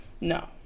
No